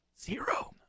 Zero